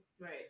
right